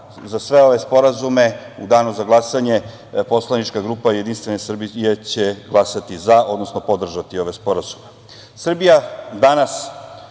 za sve ove sporazume u danu za glasanje poslanička grupa JS će glasati za, odnosno podržati ove sporazume. Srbija danas